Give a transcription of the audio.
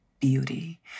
beauty